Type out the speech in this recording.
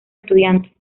estudiantes